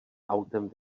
autem